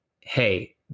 hey